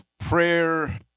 Prayer